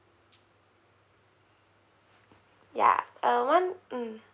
ya uh one mm